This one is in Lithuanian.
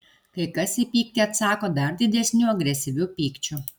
kai kas į pyktį atsako dar didesniu agresyviu pykčiu